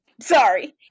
sorry